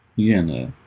in a